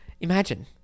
Imagine